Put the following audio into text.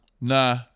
Nah